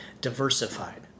diversified